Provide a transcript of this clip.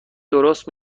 درست